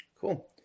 cool